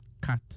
cut